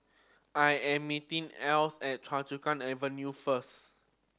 I am meeting Eloise at Choa Chu Kang Avenue first